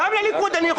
גם לליכוד.